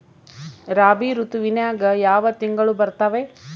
ರಾಬಿ ಋತುವಿನ್ಯಾಗ ಯಾವ ತಿಂಗಳು ಬರ್ತಾವೆ?